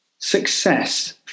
success